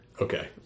Okay